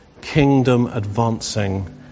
kingdom-advancing